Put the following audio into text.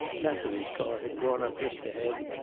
natalie's car had drawn up just ahead,